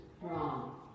wrong